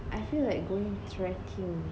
I feel like going trekking